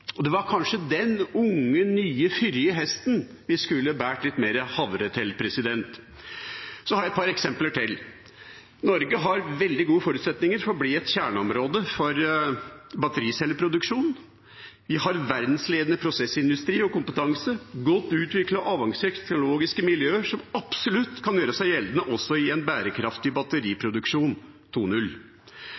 og det var kanskje den unge, nye, fyrige hesten vi skulle båret litt mer havre til. Jeg har et par eksempler til. Norge har veldige gode forutsetninger for å bli et kjerneområde for battericelleproduksjon. Vi har verdensledende prosessindustri og kompetanse og godt utviklet, avanserte teknologiske miljøer som absolutt kan gjøre seg gjeldende i en bærekraftig batteriproduksjon